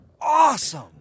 awesome